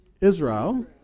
Israel